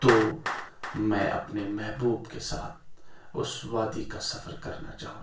تو میں اپنے محبوب کے ساتھ اس وادی کا سفر کرنا چاہوں گا